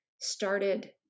started